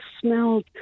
smelled